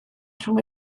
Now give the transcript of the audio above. rhwng